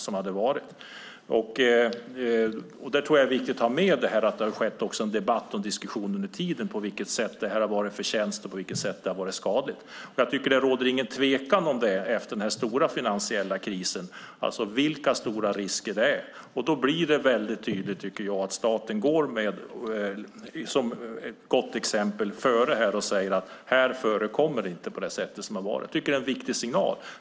Jag tror att det är viktigt att ha med detta: Det har skett en diskussion och en debatt också under tiden om på vilket sätt detta har varit en förtjänst och på vilket sätt det har varit skadligt. Jag tycker inte att det råder någon tvekan om de stora risker som finns efter den stora finansiella krisen. Det blir tydligt att staten ska föregå med gott exempel och säga: Här förekommer inte detta på det sätt som det har gjort förut! Jag tycker att det är en viktig signal.